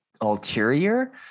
ulterior